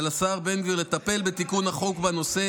ועל השר בן גביר לטפל בתיקון החוק בנושא